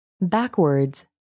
Backwards